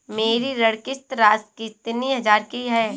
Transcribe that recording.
मेरी ऋण किश्त राशि कितनी हजार की है?